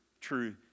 true